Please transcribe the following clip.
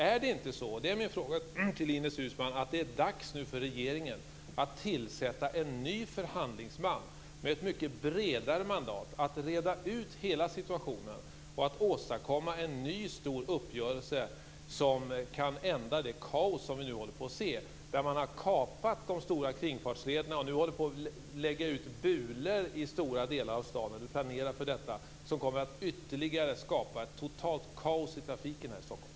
Min fråga till Ines Uusmann är: Är det inte dags för Ines Uusmann och regeringen att tillsätta en ny förhandlingsman med ett mycket bredare mandat för att reda ut hela situationen och åstadkomma en ny stor uppgörelse som kan ända det kaos som vi nu ser? Man har kapat de stora kringfartslederna och håller på att lägga ut bulor i stora delar av staden, eller planerar för det, som kommer att ytterligare skapa ett totalt kaos i trafiken här i Stockholm.